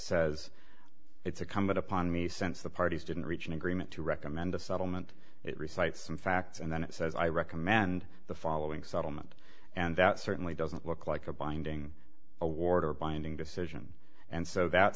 says it's a come upon me since the parties didn't reach an agreement to recommend a settlement it recites some facts and then it says i recommend the following settlement and that certainly doesn't look like a binding award or binding decision and so that